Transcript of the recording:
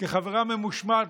כחברה ממושמעת,